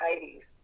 80s